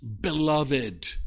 beloved